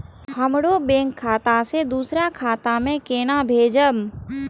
हमरो बैंक खाता से दुसरा खाता में केना भेजम?